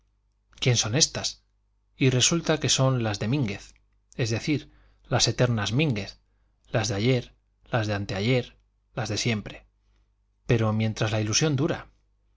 quién son ésas y resulta que son las de mínguez es decir las eternas mínguez las de ayer las de antes de ayer las de siempre pero mientras la ilusión dura